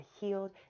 healed